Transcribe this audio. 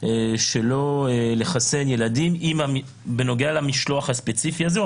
שלא לחסן ילדים במשלוח הספציפי הזה.